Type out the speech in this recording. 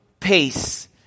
Pace